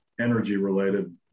energy-related